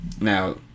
Now